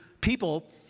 people